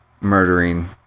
murdering